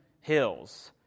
hills